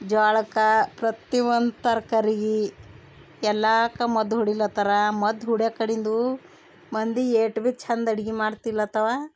ಜ್ವಾಳಕ್ಕ ಪ್ರತಿ ಒಂದು ತರ್ಕಾರಿಗೆ ಎಲ್ಲಕ್ಕ ಮದ್ದು ಹೊಡಿಲತರ ಮದ್ದು ಹೊಡಿಯಕಡಿಂದು ಮಂದಿ ಯೇಟು ಭೀ ಚಂದ ಅಡ್ಗೆ ಮಾಡ್ತಿಲ್ಲತವ